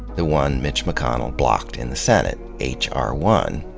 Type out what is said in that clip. the one mitch mcconnell blocked in the senate, h r one,